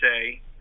say